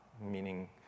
meaning